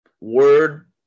word